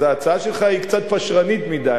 אז ההצעה שלך היא קצת פשרנית מדי,